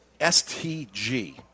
STG